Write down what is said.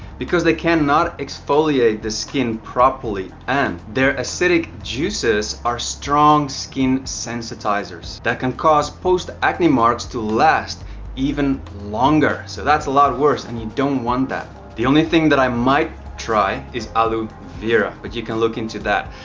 because they cannot exfoliate the skin properly and they're acidic juices are strong skin sensitizers that can cause post acne marks to last even longer so that's a lot worse and you don't want that. the only thing that i might try is aloe vera but you can look into that.